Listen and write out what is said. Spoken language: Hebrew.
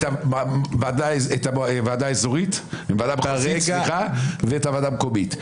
את הוועדה המחוזית ואת הוועדה המקומית.